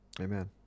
Amen